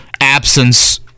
absence